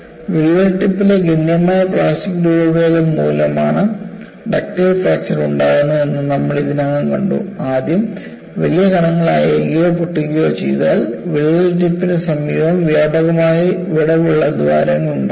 വിള്ളൽ ടിപ്പിലെ ഗണ്യമായ പ്ലാസ്റ്റിക് രൂപഭേദം മൂലമാണ് ഡക്റ്റൈൽ ഫ്രാക്ചർ ഉണ്ടാകുന്നത് എന്ന് നമ്മൾ ഇതിനകം കണ്ടു ആദ്യം വലിയ കണങ്ങൾ അയയുകയോ പൊട്ടുകയോ ചെയ്താൽ വിള്ളൽ ടിപ്പിന് സമീപം വ്യാപകമായി വിടവുള്ള ദ്വാരങ്ങൾ ഉണ്ടാകുന്നു